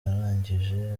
arangije